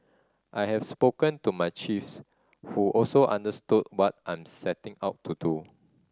I have spoken to my chiefs who also understood what I'm setting out to do